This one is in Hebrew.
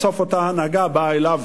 בסוף אותה הנהגה באה אליו